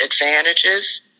advantages